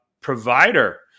provider